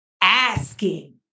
asking